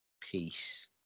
peace